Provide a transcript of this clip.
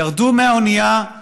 ירדו מהאונייה,